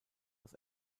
los